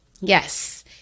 yes